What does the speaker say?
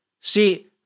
See